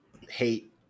hate